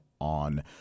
on